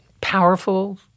powerful